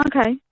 okay